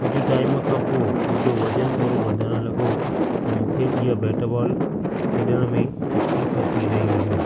कुझु टाइम खां पोइ मुंहिंजो वज़न थोरो वधण लॻो त मूंखे इहा बेट बोल खेॾण में तकलीफ़ अची रही हुई